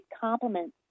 compliments